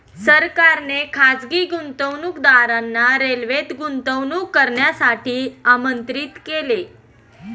सरकारने खासगी गुंतवणूकदारांना रेल्वेत गुंतवणूक करण्यासाठी आमंत्रित केले